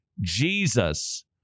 Jesus